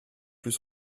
plus